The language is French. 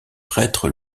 prêtre